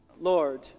lord